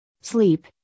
sleep